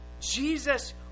Jesus